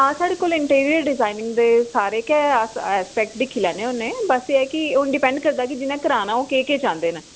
हां साढ़े कोल इंटीरियर डिजाइनिंग दे सारे गै अस ऐस्पेक्ट दिक्खी लैन्ने होन्ने बस एह ऐ कि हून डिपैंड करदा कि जिनें कराना ओह् केह् केह् चांह्दे न